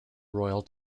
royal